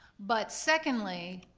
but secondly,